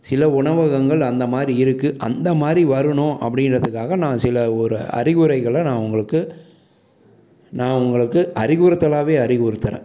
சில உணவகங்கள் அந்த மாதிரி இருக்கு அந்த மாதிரி வரணும் அப்படின்றதுக்காக நான் சில ஒரு அறிவுரைகளை நான் உங்களுக்கு நான் உங்களுக்கு அறிக்குறத்துலாகவே அறிவுறுத்துகிறேன்